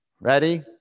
ready